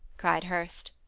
cried hurst.